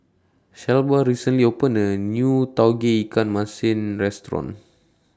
Shelba recently opened A New Tauge Ikan Masin Restaurant